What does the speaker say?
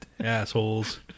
assholes